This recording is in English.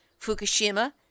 Fukushima